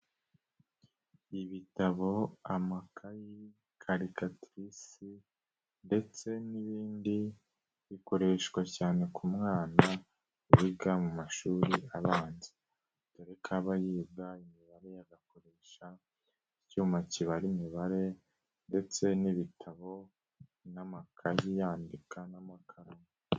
Ibitabo, amakayi, karikatirisi ndetse n'ibindi, bikoreshwa cyane ku mwana wiga mu mashuri abanza, dore ko aba yiga imibare, agakoresha icyuma kibara imibare ndetse n'ibitabo n'amakayi, yandika n'amakaramu.